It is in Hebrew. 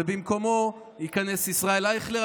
ובמקומו יכנס ישראל אייכלר.